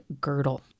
girdle